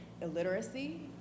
Illiteracy